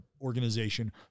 organization